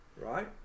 right